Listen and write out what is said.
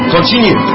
Continue